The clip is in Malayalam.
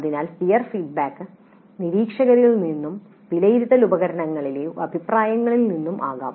അതിനാൽ പിയർ ഫീഡ്ബാക്ക് നിരീക്ഷകരിൽ നിന്നും വിലയിരുത്തൽ ഉപകരണങ്ങളിലെ അഭിപ്രായങ്ങളിൽ നിന്നും ആകാം